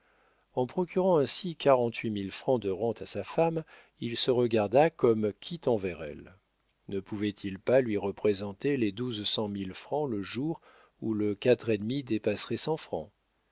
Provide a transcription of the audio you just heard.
en procurant ainsi quarante-huit mille francs de rentes à sa femme il se regarda comme quitte envers elle ne pouvait-il pas lui représenter les douze cent mille francs le jour où le quatre et demi dépasserait cent francs